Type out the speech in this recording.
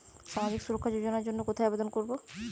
সামাজিক সুরক্ষা যোজনার জন্য কোথায় আবেদন করব?